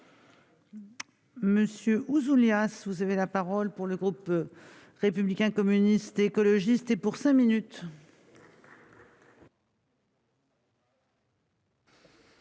Monsieur Ouzoulias si vous avez la parole pour le groupe républicain, communistes, écologistes et pour 5 minutes.